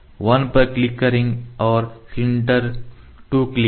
1 पर क्लिक करें और सिलेंडर 2 क्लिक करें